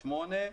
סעיף (8),